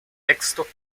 texto